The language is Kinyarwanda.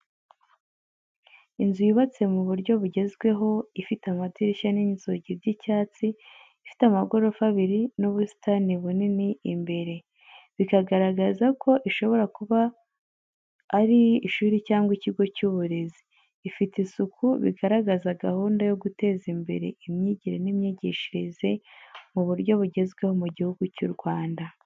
Inzu yubatse mu buryo bugezweho, ifite amadirishya n'inzugi by’icyatsi, ifite amagorofa abiri n’ubusitani bunini imbere, bikagaragaza ko ishobora kuba ari ishuri cyangwa ikigo cy’uburezi. Ifite isuku, bigaragaza gahunda yo guteza imbere imyigire n’imyigishirize mu buryo bugezweho mu gihugu cy'u Rwanda.